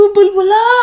Bulbula